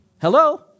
Hello